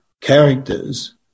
characters